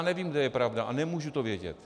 Nevím, kde je pravda, a nemůžu to vědět.